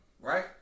Right